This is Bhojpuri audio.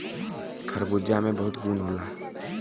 खरबूजा में बहुत गुन होला